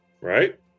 Right